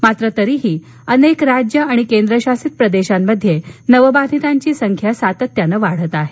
मात्र तरीही अनेक राज्य आणि केंद्रशासित प्रदेशांमध्ये नवबाधितांची संख्या सातत्यानं वाढत आहे